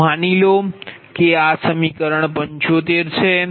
માની લો કે આ સમીકરણ 75 છે